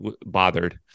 bothered